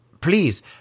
please